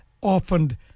orphaned